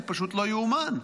זה פשוט לא יאומן.